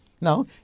Now